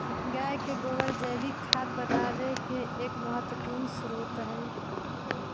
गाय के गोबर जैविक खाद बनावे के एक महत्वपूर्ण स्रोत हई